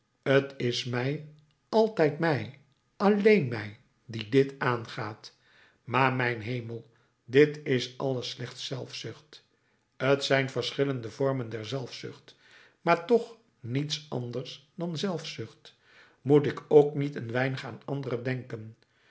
t is mij altijd mij alleen mij die dit aangaat maar mijn hemel dit is alles slechts zelfzucht t zijn verschillende vormen der zelfzucht maar toch niets anders dan zelfzucht moet ik ook niet een weinig aan anderen denken